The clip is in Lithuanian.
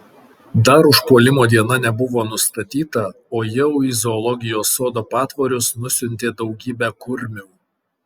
dar užpuolimo diena nebuvo nustatyta o jau į zoologijos sodo patvorius nusiuntė daugybę kurmių